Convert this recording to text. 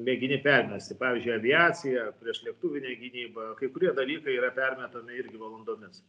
mėgini permesti pavyzdžiui aviaciją priešlėktuvinę gynybą kai kurie dalykai yra permetami irgi valandomis